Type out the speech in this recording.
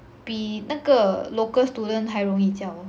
比那个 local student 还容易教